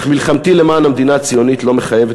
אך מלחמתי למען המדינה הציונית לא מחייבת